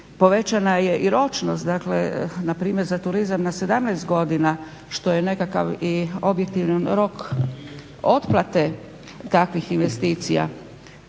povećana je i ročnost npr. za turizam na 17 godina što je nekakav i objektivan rok otplate takvih investicija